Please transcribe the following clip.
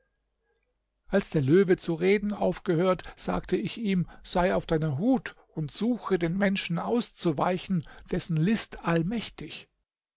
als der löwe zu reden aufgehört sagte ich ihm sei auf deiner hut und suche den menschen auszuweichen dessen list allmächtig